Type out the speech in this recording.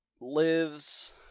lives